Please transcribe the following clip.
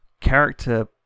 character